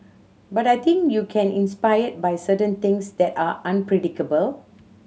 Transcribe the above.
but I think you can inspired by certain things that are unpredictable